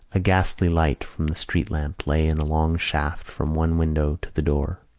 a ghostly light from the street lamp lay in a long shaft from one window to the door.